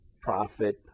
profit